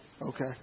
Okay